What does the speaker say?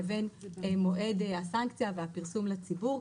לבין מועד הסנקציה והפרסום לציבור.